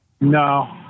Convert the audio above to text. No